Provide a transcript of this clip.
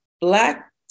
Black